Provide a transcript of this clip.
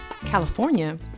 California